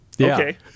okay